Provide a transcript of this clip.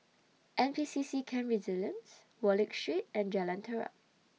N P C C Camp Resilience Wallich Street and Jalan Terap